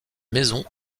maisons